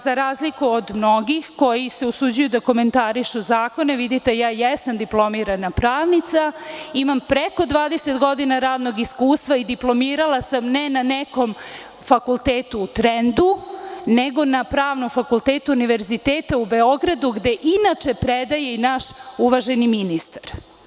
Za razliku od mnogih koji se usuđuju da komentarišu zakone, ja jesam diplomirana pravnica, imam preko 20 godina radnog iskustva i diplomirala sam, ne na nekom fakultetu u trendu, nego na Pravnom fakultetu Univerziteta u Beogradu, gde inače predaje i naš uvaženi ministar.